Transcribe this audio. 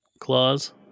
claws